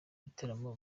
gitaramo